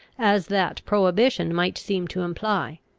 as that prohibition might seem to imply.